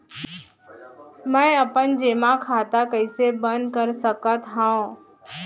मै अपन जेमा खाता कइसे बन्द कर सकत हओं?